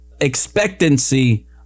expectancy